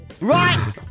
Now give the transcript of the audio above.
right